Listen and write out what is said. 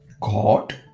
God